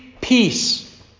peace